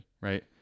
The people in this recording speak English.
right